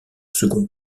second